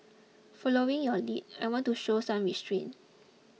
following your lead I want to show some restraint